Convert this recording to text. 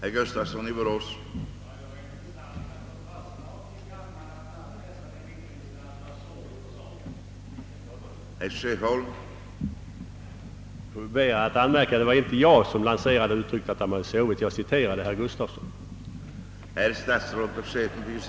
Herr talman! Jag ber att få påpeka att det inte var jag som lanserade ut trycket att remissinstanserna har sovit. Jag citerade herr Gustafsson i Borås.